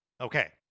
Okay